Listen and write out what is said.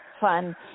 Fun